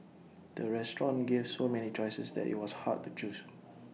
the restaurant gave so many choices that IT was hard to choose